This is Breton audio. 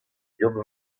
yann